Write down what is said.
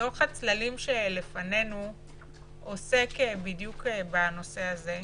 דוח הצללים שבפנינו עוסק בדיוק בנושא הזה,